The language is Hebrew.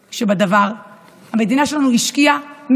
לבוגרים עם אוטיזם בתפקוד נמוך מעל גיל